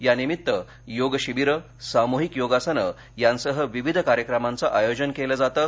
यानिमित्त योग शिबीरं सामूहिक योगासनं यांसह विविध कार्यक्रमांचं आयोजन केलं जातं